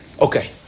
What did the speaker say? Okay